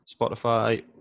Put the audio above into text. spotify